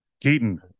Keaton